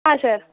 ಹಾಂ ಸರ್